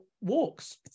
walks